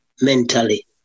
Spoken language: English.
mentally